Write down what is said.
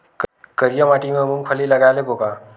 करिया माटी मा मूंग फल्ली लगय लेबों का?